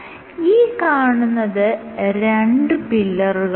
ഈ കാണുന്നത് രണ്ട് പില്ലറുകളാണ്